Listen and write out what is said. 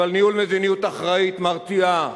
אבל ניהול מדיניות אחראית מרתיעה